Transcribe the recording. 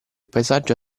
paesaggio